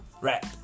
rap